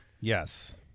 yes